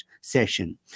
session